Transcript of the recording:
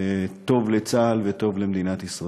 זה טוב לצה"ל וטוב למדינת ישראל.